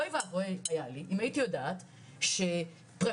אוי ואבוי היה לי אם הייתי יודעת שפרקליטים